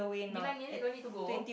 bilang nenek don't need to go